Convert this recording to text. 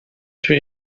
توی